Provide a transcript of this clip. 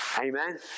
Amen